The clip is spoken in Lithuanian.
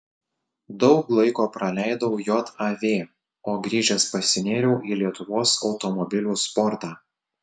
daug laiko praleidau jav o grįžęs pasinėriau į lietuvos automobilių sportą